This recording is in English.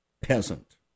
peasant